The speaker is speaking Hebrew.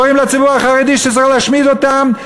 קוראים לציבור החרדי שצריך להשמיד אותם,